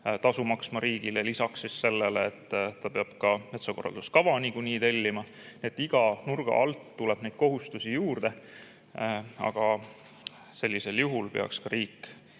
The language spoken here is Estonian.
tasu maksma riigile lisaks sellele, et ta peab ka metsakorralduskava niikuinii tellima. Nii et iga nurga alt tuleb kohustusi juurde. Aga sellisel juhul peaks riik